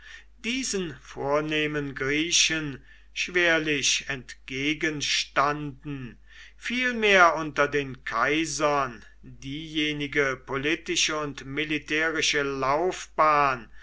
diesen vornehmen griechen schwerlich entgegenstanden vielmehr unter den kaisern diejenige politische und militärische laufbahn